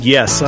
Yes